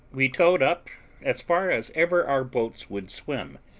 we towed up as far as ever our boats would swim,